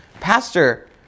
pastor